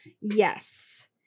yes